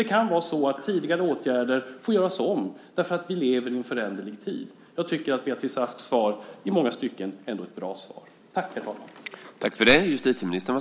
Det kan vara så att tidigare åtgärder får göras om därför att vi lever i en föränderlig tid. Jag tycker att Beatrice Asks svar i många stycken ändå är ett bra svar.